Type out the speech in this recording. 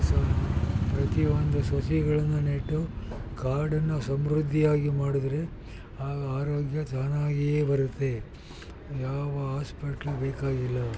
ಸ್ ಪ್ರತಿಯೊಂದು ಸಸಿಗಳನ್ನು ನೆಟ್ಟು ಕಾಡನ್ನು ಸಮೃದ್ಧಿಯಾಗಿ ಮಾಡಿದ್ರೆ ಆಗ ಆರೋಗ್ಯ ತಾನಾಗಿಯೇ ಬರುತ್ತೆ ಯಾವ ಆಸ್ಪಿಟ್ಲು ಬೇಕಾಗಿಲ್ಲ